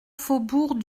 faubourg